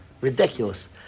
ridiculous